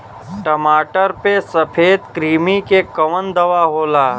टमाटर पे सफेद क्रीमी के कवन दवा होला?